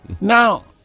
Now